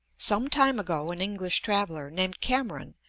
some time ago an english traveller, named cameron,